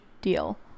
deal